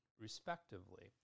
respectively